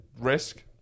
risk